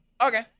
Okay